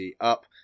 up